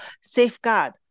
Safeguard